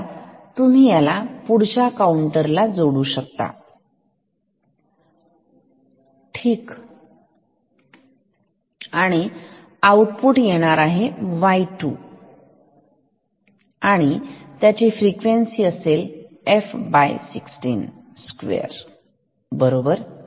आता तुम्ही याला पुढच्या काउंटरला जोडू शकता ठीक आणि आउटपुट आहे y2 आणि त्याची फ्रिक्वेन्सी असेल f16 स्क्वेअर बरोबर